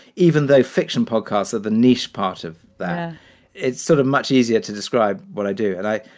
even though fiction podcasts of the niche part of the it's sort of much easier to describe what i do. and i,